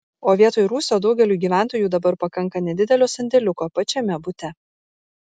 o vietoj rūsio daugeliui gyventojų dabar pakanka nedidelio sandėliuko pačiame bute